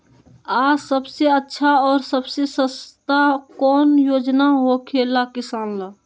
आ सबसे अच्छा और सबसे सस्ता कौन योजना होखेला किसान ला?